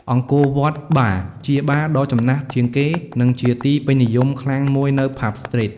Angkor Wat Bar ជាបារដ៏ចំណាស់ជាងគេ និងជាទីពេញនិយមខ្លាំងមួយនៅ ផាប់ ស្ទ្រីត។